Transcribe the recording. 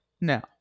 now